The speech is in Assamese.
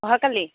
অহাকালি